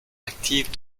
active